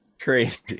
Crazy